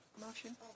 motion